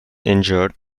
injured